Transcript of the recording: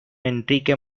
enrique